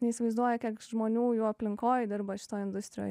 neįsivaizduoja kiek žmonių jų aplinkoj dirba šitoje industrijoj